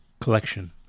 collection